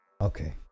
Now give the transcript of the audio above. Okay